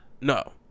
no